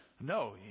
No